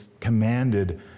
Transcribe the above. commanded